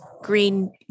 green